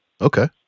Okay